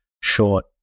short